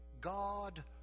God